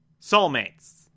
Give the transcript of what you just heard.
soulmates